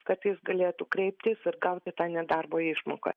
kad jis galėtų kreiptis ir gauti tą nedarbo išmoką